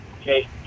Okay